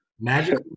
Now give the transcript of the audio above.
Magic